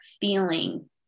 feeling